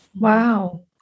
Wow